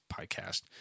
podcast